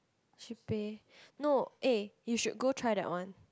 she pay no eh you should go try that one